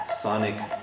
sonic